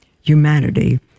Humanity